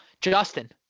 Justin